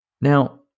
Now